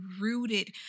rooted